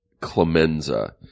Clemenza